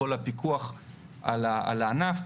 כל הפיקוח על הענף.